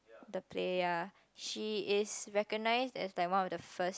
the play ya she is recognized that's like one of the first